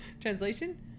Translation